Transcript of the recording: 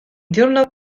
ddiwrnod